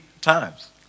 times